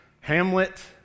Hamlet